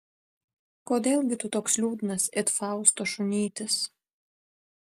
kodėl gi tu toks liūdnas it fausto šunytis